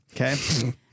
Okay